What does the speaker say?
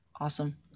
Awesome